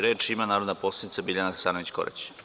Reč ima narodna poslanica Biljana Hasanović Korać.